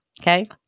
Okay